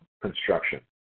construction